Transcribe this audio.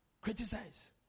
Criticize